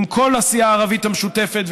עם כל הסיעה הערבית המשותפת,